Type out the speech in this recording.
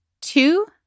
Two